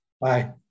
Bye